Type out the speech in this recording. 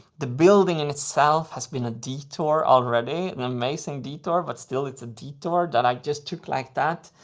the building in itself has been a detour already, an amazing detour, but still it's a detour that i just took like that.